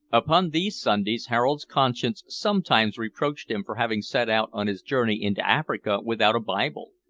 upon these sundays harold's conscience sometimes reproached him for having set out on his journey into africa without a bible.